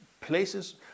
places